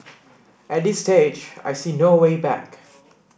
at this stage I see no way back